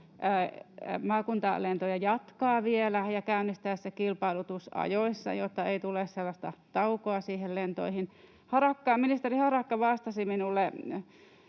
maakuntalentoja jatkaa vielä ja käynnistää se kilpailutus ajoissa, jotta ei tule sellaista taukoa niihin lentoihin. Ministeri Harakka vastasi minulle